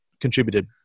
contributed